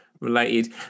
related